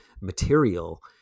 material